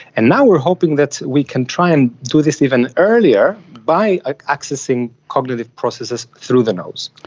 and now we are hoping that we can try and do this even earlier by ah accessing cognitive processes through the nose.